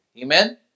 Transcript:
Amen